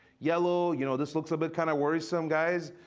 yellow, you know this looks a bit kind of worrisome guys.